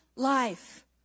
Life